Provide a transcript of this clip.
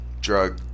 drug